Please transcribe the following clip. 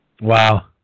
Wow